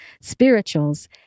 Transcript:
spirituals